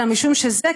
אלא משום שזה,